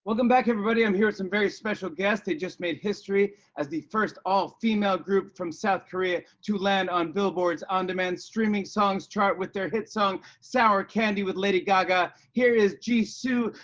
welcome back, everybody. i'm here with some very special guests. they just made history as the first all-female group from south korea to land on billboard's on-demand streaming songs chart with their hit song sour candy, with lady gaga. here is jisoo,